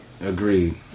Agreed